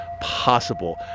possible